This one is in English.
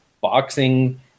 boxing